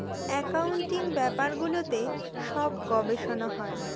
accounting ব্যাপারগুলোতে সব গবেষনা হয়